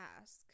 ask